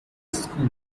school